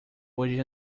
hoje